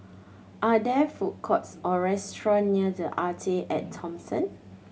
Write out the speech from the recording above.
are there food courts or restaurants near The Arte At Thomson